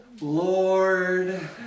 Lord